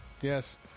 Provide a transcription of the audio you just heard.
Yes